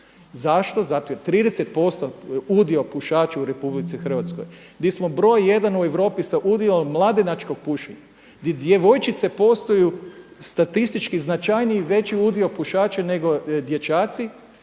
Zašto? Jer zato 30% udio pušača u RH gdje smo broj jedan u Europi sa udjelom mladenačkog pušenja, gdje djevojčice postaju statistički značajniji, veći udio pušača nego dječaci